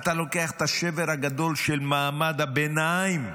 אתה לוקח את השבר הגדול של מעמד הביניים,